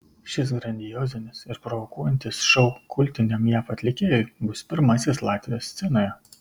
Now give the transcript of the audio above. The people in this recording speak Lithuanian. šis grandiozinis ir provokuojantis šou kultiniam jav atlikėjui bus pirmasis latvijos scenoje